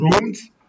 rooms